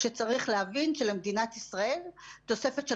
כשצריך להבין שלמדינת ישראל תוספת של